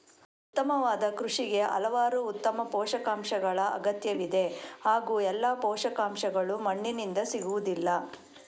ಉತ್ತಮವಾದ ಕೃಷಿಗೆ ಹಲವಾರು ಉತ್ತಮ ಪೋಷಕಾಂಶಗಳ ಅಗತ್ಯವಿದೆ ಹಾಗೂ ಎಲ್ಲಾ ಪೋಷಕಾಂಶಗಳು ಮಣ್ಣಿನಿಂದ ಸಿಗುವುದಿಲ್ಲ